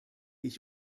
ich